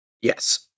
Yes